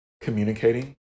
communicating